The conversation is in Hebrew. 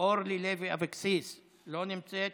אורלי לוי אבקסיס, לא נמצאת,